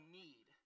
need